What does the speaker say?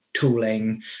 tooling